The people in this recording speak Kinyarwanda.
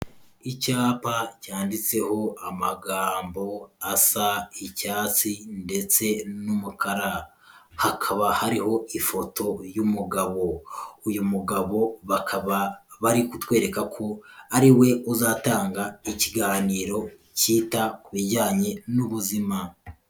Icyapa cyanditseho amagambo asa icyatsi ndetse n'umukara, hakaba hariho ifoto y'umugabo, uyu mugabo bakaba bari kutwereka ko ari we uzatanga ikiganiro cyita ku bijyanye n'ubuzima.